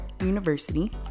University